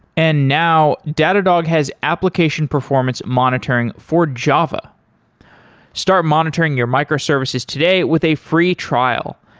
and now, datadog has application performance monitoring for java start monitoring your micro-services today with a free trial,